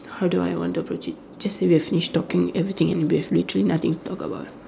how do I want to approach it just say we have finished talking everything and we have literally nothing to talk about